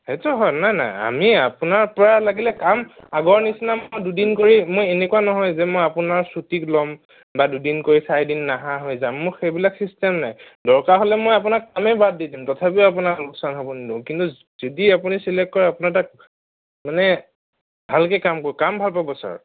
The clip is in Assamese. সেইটো হয় নাই নাই আমি আপোনাৰ পৰা লাগিলে কাম আগৰ নিচিনা মই দুদিন কৰি মই এনেকুৱা নহয় যে মই আপোনাৰ ছুটী ল'ম বা দুদিন কৰি চাৰি দিন নহা হৈ যাম মই সেইবিলাক ছিষ্টেম নাই দৰকাৰ হ'লে মই আপোনাৰ কামেই বাদ দি দিম তথাপিও আপোনাক লোকচান হ'ব নিদিওঁ কিন্তু যদি আপুনি চিলেক্ট কৰে আপোনাৰ তাত মানে ভালকে কাম কৰিম কাম ভাল পাব ছাৰ